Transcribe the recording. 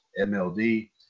MLD